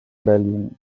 berlin